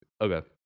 Okay